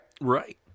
right